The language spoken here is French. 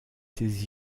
ces